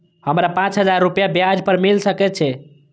हमरा पाँच हजार रुपया ब्याज पर मिल सके छे?